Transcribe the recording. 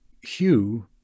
Hugh